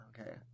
okay